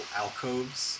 alcoves